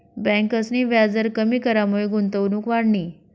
ब्यांकसनी व्याजदर कमी करामुये गुंतवणूक वाढनी